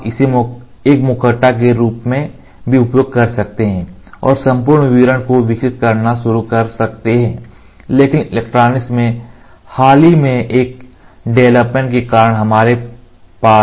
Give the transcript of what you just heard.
आप इसे एक मुखौटा के रूप में भी उपयोग कर सकते हैं और संपूर्ण विवरण को विकसित करना शुरू कर सकते हैं लेकिन इलेक्ट्रॉनिक्स में हाल ही में एक डेवलपमेंट के कारण हमारे पास DMD हैं